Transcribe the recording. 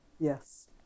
Yes